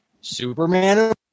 Superman